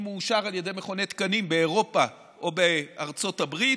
אם הוא אושר על ידי מכוני תקנים באירופה או בארצות הברית,